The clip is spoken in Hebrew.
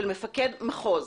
של מפקד מחוז.